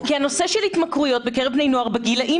כי הנושא של התמכרויות בקרב בני נוער בגילאים